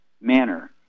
manner